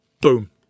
boom